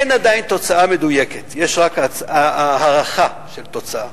אין עדיין תוצאה מדויקת ויש רק הערכה של תוצאה,